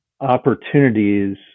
opportunities